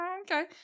okay